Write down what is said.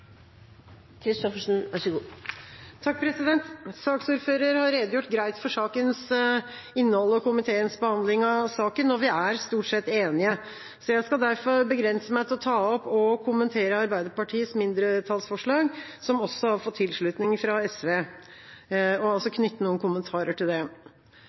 har redegjort greit for sakens innhold og komiteens behandling av saken. Vi er stort sett enige. Jeg skal derfor begrense meg til å ta opp og kommentere Arbeiderpartiets mindretallsforslag, som også har fått tilslutning fra SV, og knytte noen kommentarer til det.